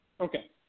Okay